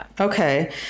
Okay